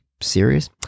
serious